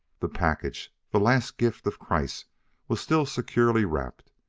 the package the last gift of kreiss was still securely wrapped.